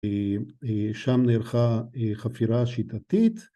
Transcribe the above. ‫שם נערכה חפירה שיטתית.